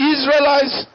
Israelites